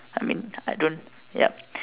I mean I don't ya